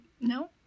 No